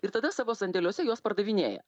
ir tada savo sandėliuose juos pardavinėja